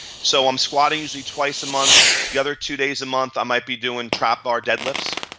so i'm squatting, see, twice a month. the other two days a month, i might be doing trap or deadlifts.